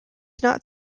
not